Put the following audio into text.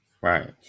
Right